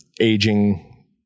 aging